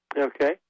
Okay